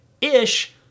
ish